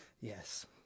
yes